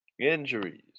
Injuries